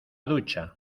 ducha